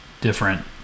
different